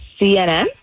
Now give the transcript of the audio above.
CNN